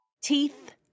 Teeth